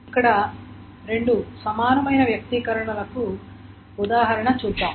ఇక్కడ రెండు సమానమైన వ్యక్తీకరణలకు ఉదాహరణ చూద్దాం